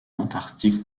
antarctique